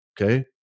okay